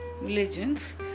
religions